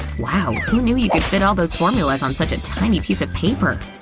wow! who knew you could fit all those formulas on such a tiny piece of paper?